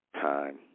time